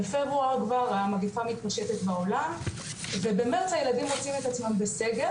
בפברואר כבר המגפה מתפשטת בעולם ובמרץ הילדים מוצאים את עצמם בסגר